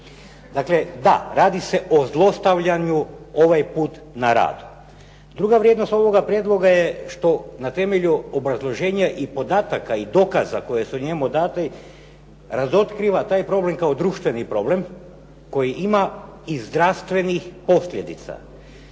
Dakle, da, radi se o zlostavljanju ovaj put na radu. Druga vrijednost ovoga prijedloga je što na temelju obrazloženja i podataka i dokaza koje su njemu date, razotkriva taj problem kao društveni problem koji ima i zdravstvenih posljedica.